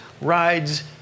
rides